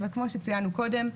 אבל כמו שציינו קודם,